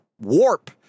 warp